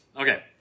Okay